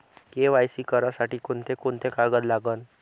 KYC करासाठी कोंते कोंते कागद लागन?